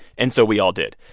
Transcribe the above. and so we all did.